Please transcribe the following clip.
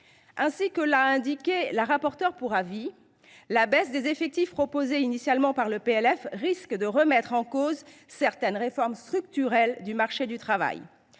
Ainsi que l’a indiqué la rapporteure pour avis, la baisse des effectifs proposée dans le texte initial risque de remettre en cause certaines réformes structurelles du marché du travail.